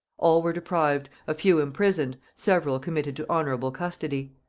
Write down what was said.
all were deprived, a few imprisoned, several committed to honorable custody.